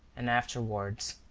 and afterwards,